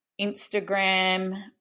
instagram